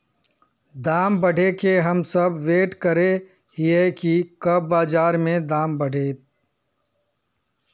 दाम बढ़े के हम सब वैट करे हिये की कब बाजार में दाम बढ़ते?